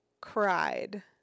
cried